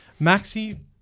Maxi